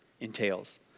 entails